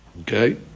Okay